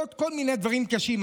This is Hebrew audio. ועוד כל מיני דברים קשים.